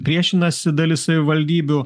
priešinasi dalis savivaldybių